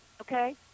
Okay